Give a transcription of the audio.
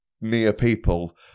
near-people